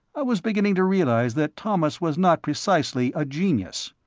i was beginning to realize that thomas was not precisely a genius.